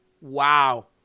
Wow